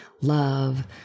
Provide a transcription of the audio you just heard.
love